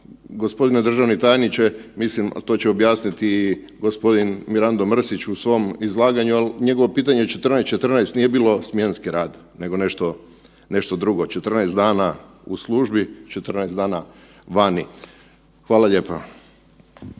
gospodine državni tajniče, mislim, ali to će objasniti gospodin Mirando Mrsić u svom izlaganju, ali njegovo pitanje 14-14 nije bilo smjenski rad nego nešto drugo. 14 dana u službi, 14 dana vani. Hvala lijepa.